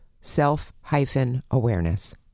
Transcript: self-awareness